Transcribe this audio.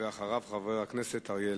אחריו, חבר הכנסת אריה אלדד.